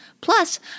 plus